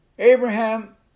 Abraham